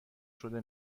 شده